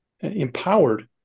empowered